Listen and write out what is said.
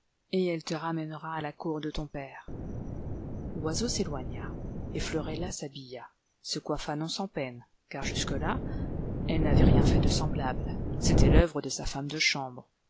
et elle te ramènera à la cour de ton père l'oiseau s'éloigna et florella s'habilla se coiffa non sans peine car jusque-là elle n'avait rien fait de semblable c'était l'œuvre de sa femme de chambre